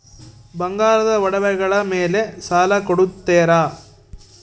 ಬಂಗಾರದ ಒಡವೆಗಳ ಮೇಲೆ ಸಾಲ ಕೊಡುತ್ತೇರಾ?